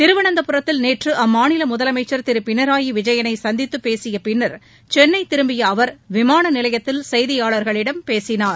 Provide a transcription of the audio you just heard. திருவனந்தபுரத்தில் நேற்று அம்மாநில முதலமைச்சர் திரு பிணராயி விஜயனை சந்தித்து பேசிய பின்னர் சென்னை திரும்பிய அவர் விமான நிலையத்தில் செய்தியாளர்களிடம் பேசினார்